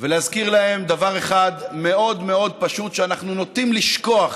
ולהזכיר להם דבר אחד מאוד מאוד פשוט שאנחנו נוטים לשכוח